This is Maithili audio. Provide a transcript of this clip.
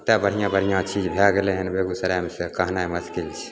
आब कतेक बढ़िआँ बढ़िआँ चीज भै गेलै हँ बेगूसरायमे से कहनाइ मोसकिल छै